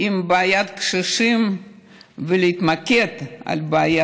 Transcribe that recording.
עם בעיית הקשישים ולהתמקד בה.